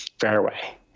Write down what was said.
Fairway